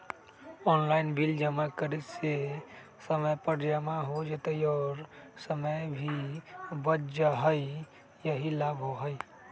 Online bill जमा करे से समय पर जमा हो जतई और समय भी बच जाहई यही लाभ होहई?